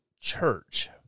church